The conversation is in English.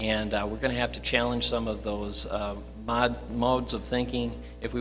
and we're going to have to challenge some of those modes of thinking if we